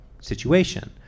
situation